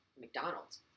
McDonald's